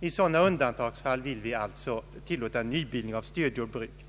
I sådana undantagsfall vill vi alltså tillåta nybildning av stödjordbruk.